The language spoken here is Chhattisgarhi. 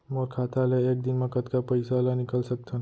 मोर खाता ले एक दिन म कतका पइसा ल निकल सकथन?